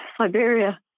Siberia